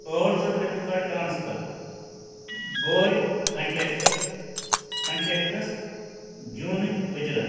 ٲٹھ شٮ۪تھ رۄپیہِ کَر ٹرٛانسفر بھوے کۄنٹیکٹہٕ کۄنٹیکٹس جوٗنٕچ اُجرت